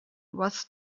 was